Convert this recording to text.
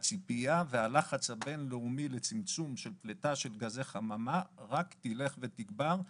והציפייה והלחץ הבין-לאומי לצמצום של פליטה של גזי חממה רק תלך ותגבר.